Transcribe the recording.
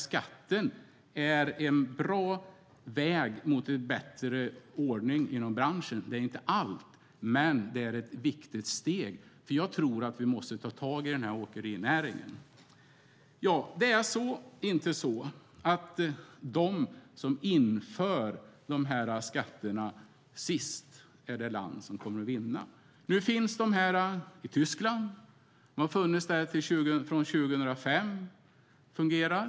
Skatten är en bra väg mot en bättre ordning inom branschen. Den är inte allt, men den är ett viktigt steg. Vi måste ta tag i åkerinäringen. Det är inte så att det land som inför skatterna sist kommer att vinna. De finns i Tyskland. Där har de funnits sedan 2005 och fungerar.